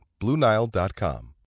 BlueNile.com